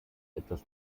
etwas